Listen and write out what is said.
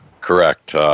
correct